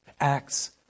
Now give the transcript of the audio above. Acts